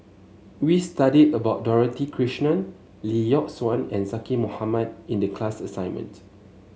we studied about Dorothy Krishnan Lee Yock Suan and Zaqy Mohamad in the class assignment